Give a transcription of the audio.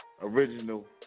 original